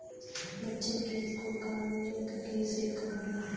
बच्चन की school college की सिल्क होला